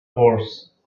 horse